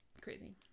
crazy